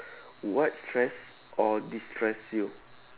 what stress or destress you